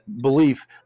belief